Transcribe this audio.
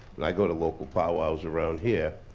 and i go to local powwows around here,